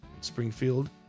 Springfield